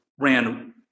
ran